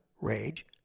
rage